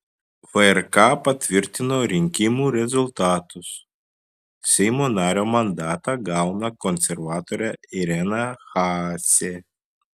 vrk patvirtino rinkimų rezultatus seimo nario mandatą gauna konservatorė irena haase